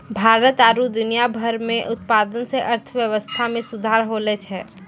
भारत आरु दुनिया भर मे उत्पादन से अर्थव्यबस्था मे सुधार होलो छै